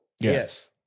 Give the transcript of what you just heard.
Yes